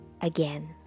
again